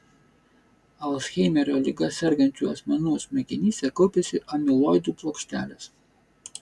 alzheimerio liga sergančių asmenų smegenyse kaupiasi amiloidų plokštelės